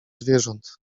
zwierząt